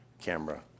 camera